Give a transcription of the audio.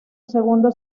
segundo